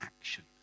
Action